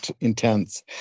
intense